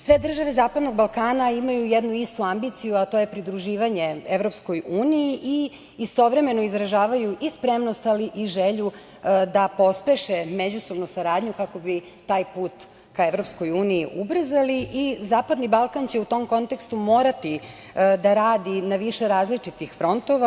Sve države zapadnog Balkana imaju jednu istu ambiciju, a to je pridruživanje EU i istovremeno izražavaju i spremnost, ali i želju da pospeše međusobnu saradnju kako bi taj put ka EU ubrzali i zapadni Balkan će u tom kontekstu morati da radi na više različitih frontova.